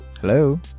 Hello